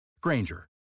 Granger